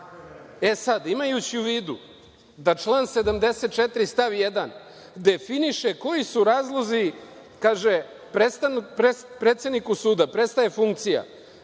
jasno. Imajući u vidu da član 74. stav 1. definiše koji su razlozi, kaže da „predsedniku suda prestaje funkcija